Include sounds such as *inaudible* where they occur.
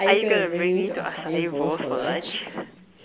are you going to bring me to acai-bowls for lunch *laughs*